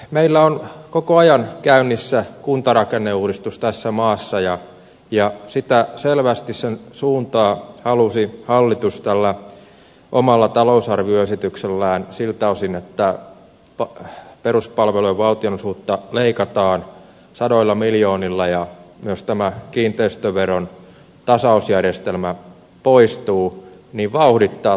meillä on koko ajan käynnissä kuntarakenneuudistus tässä maassa ja selvästi sen suuntaa halusi hallitus tällä omalla talousarvioesityksellään siltä osin että peruspalvelujen valtionosuutta leikataan sadoilla miljoonilla ja myös tämä kiinteistöveron tasausjärjestelmä poistuu vauhdittaa tiettyyn suuntaan